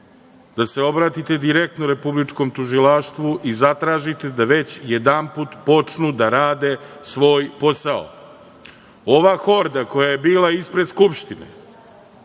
obratite direktno Republičkom tužilaštvu i zatražite da već jedanput počnu da rade svoj posao. Ova horda koja je bila ispred Skupštine,